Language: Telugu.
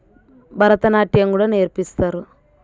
భరతనాట్యం కూడా నేర్పిస్తారు